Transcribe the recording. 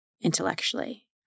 intellectually